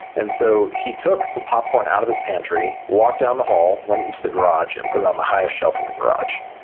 and so he took the popcorn out of his pantry, walked down the hall, went into the garage, and put it on the highest shelf in the garage.